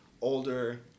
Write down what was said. older